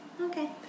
Okay